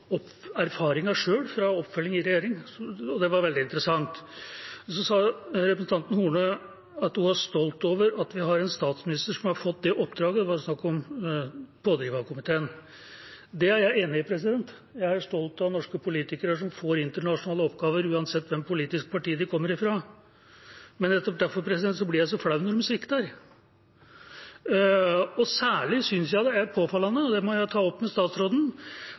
opp på en grundig måte, men jeg takker likevel for redegjørelsen for det. Jeg har lyst til å ta utgangspunkt i noe Solveig Horne sa. Hun sa noe om egen erfaring fra oppfølgingen i regjeringa – det var veldig interessant. Så sa representanten Horne at hun var stolt av at vi har en statsminister som har fått det oppdraget – det var snakk om pådriverkomiteen. Det er jeg enig i. Jeg er stolt av norske politikere som får internasjonale oppgaver, uansett hvilket politisk parti de kommer fra. Men nettopp derfor blir jeg så